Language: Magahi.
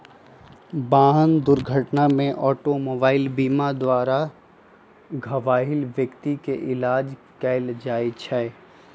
वाहन दुर्घटना में ऑटोमोबाइल बीमा द्वारा घबाहिल व्यक्ति के इलाज कएल जाइ छइ